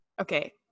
Okay